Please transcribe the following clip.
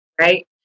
Right